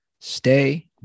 stay